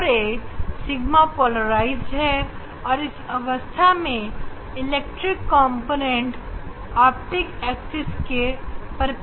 O ray sigma polarised है और इस अवस्था में इलेक्ट्रिक कॉम्पोनेंट ऑप्टिक एक्सिस के परपेंडिकुलर है